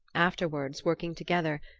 afterwards, working together,